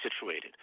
situated